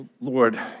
Lord